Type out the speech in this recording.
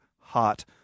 Hot